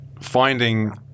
finding